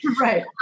Right